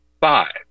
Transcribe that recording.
five